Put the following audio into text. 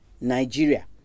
Nigeria